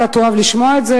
אתה תאהב לשמוע את זה,